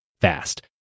fast